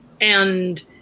And-